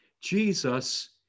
Jesus